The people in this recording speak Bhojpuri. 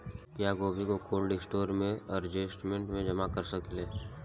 क्या गोभी को कोल्ड स्टोरेज में जमा कर सकिले?